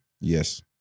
yes